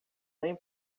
nem